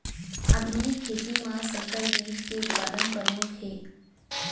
आधुनिक खेती मा संकर बीज के उत्पादन परमुख हे